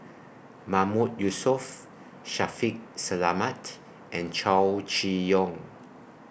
Mahmood Yusof Shaffiq Selamat and Chow Chee Yong